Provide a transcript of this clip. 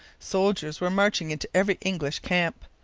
soldiers were marching into every english camp.